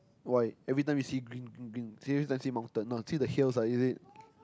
why everytime you see green green green see the mountains no see the hills is it